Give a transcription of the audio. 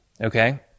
okay